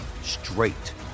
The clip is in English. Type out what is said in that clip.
straight